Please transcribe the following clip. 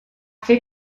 fer